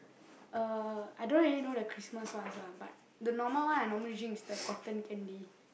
uh I don't really know the Christmas ones lah but the normal one I normally drink is the cotton candy